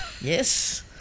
yes